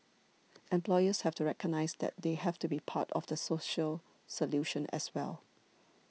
employers have to recognise that they have to be part of the social solution as well